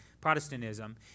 Protestantism